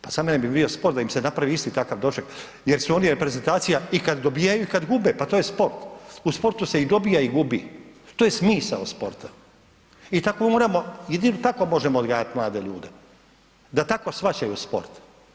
Pa za mene bi bio sport da im se napravi isti takav doček jer su oni reprezentacija i kada dobe i kada gube, pa to je sport, u sportu se i dobija i gubi, to je smisao sporta i jedino tako možemo odgajati mlade ljude, da tako shvaćaju sport.